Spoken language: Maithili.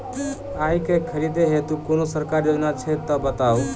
आइ केँ खरीदै हेतु कोनो सरकारी योजना छै तऽ बताउ?